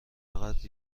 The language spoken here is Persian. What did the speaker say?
فقط